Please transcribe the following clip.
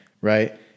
right